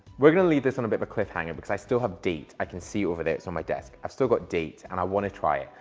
we're going to leave this on a bit of a cliffhanger because i still have date. i can see over there, it's on my desk. i've still got date and i want to try it.